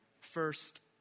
first